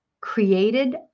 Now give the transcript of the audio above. created